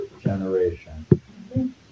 generation